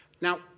Now